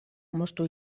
moztu